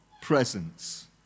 presence